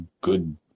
good